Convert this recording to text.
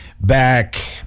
Back